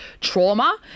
trauma